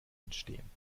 entstehen